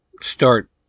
start